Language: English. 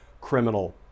criminal